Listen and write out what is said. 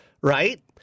right